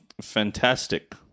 Fantastic